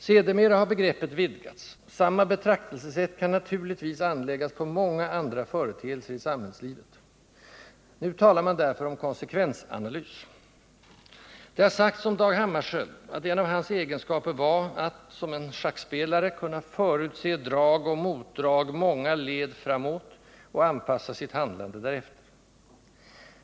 Sedermera har begreppet vidgats — samma betraktelsesätt kan naturligtvis anläggas på många andra företeelser i samhällslivet. Nu talar man därför om ”konsekvensanalys”. Det har sagts om Dag Hammarskjöld att en av hans egenskaper var att — som en schackspelare — kunna förutse drag och motdrag många led framåt och anpassa sitt handlande därefter.